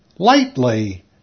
lightly